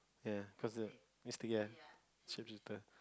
ya cause the Mstique ya Shapeshifter